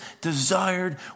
desired